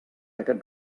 aquest